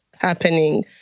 happening